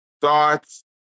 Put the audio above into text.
Thoughts